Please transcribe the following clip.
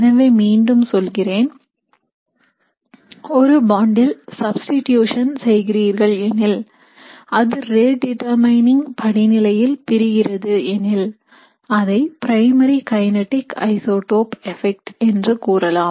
எனவே மீண்டும் சொல்கிறேன் ஒரு bond ல் சப்ஸ்டிடியூசன் செய்கிறீர்கள் எனில் அது ரேட்டிட்டர்மைனிங் படிநிலையில் பிரிகிறது எனில் அதை பிரைமரி கைனடிக் ஐசோடோப் எபெக்ட் என்று கூறலாம்